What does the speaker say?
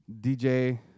DJ